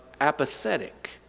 apathetic